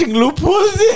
loopholes